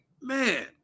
man